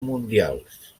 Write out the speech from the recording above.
mundials